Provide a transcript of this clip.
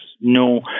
no